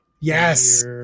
Yes